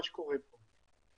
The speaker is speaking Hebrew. מה שקורה פה.